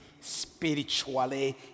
spiritually